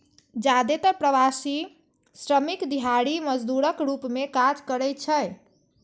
जादेतर प्रवासी श्रमिक दिहाड़ी मजदूरक रूप मे काज करै छै